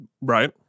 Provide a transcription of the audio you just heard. Right